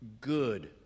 good